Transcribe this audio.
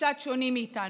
שקצת שונים מאיתנו,